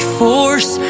force